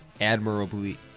admirably